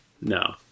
No